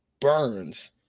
burns